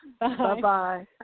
Bye-bye